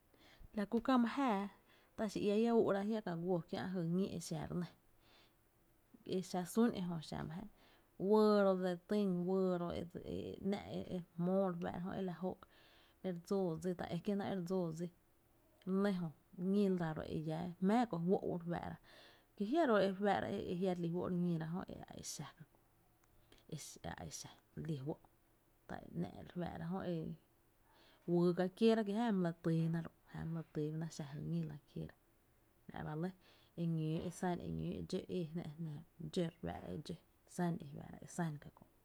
La kú kää my jáaá tá’ xi iá iaú’ra jia ka guo kiä’ jy ñí exa re nɇ, exa sun ejö xá my jáa, wɇɇ ro’ dse týn, wɇɇ ro ‘ ‘nⱥ’ re jmóo re fáá’ra e la jó’ e re dsóo dsita’ ta é náá’ e re dsoo dsí, re nnɇ jö ñí la ro’ e llá jmⱥⱥ kó juó’ u re fáá’ra, ki jiaro’ re fáá’ra e jia’ re lí fó’ re ñíra e a exa jö, e a exa re lí fó’, ta e ‘nⱥ’ re fáá’ra jö e wyy ga kieera ki jáa my la týyna ro’, my la týy na e xa jy ñíla kieera, la’ ba lɇ, eñóo e san eñóo e dxó eejná e jnaa, dxó re fáá’ra e dxó, sán e fáá’ra e san ka kö’.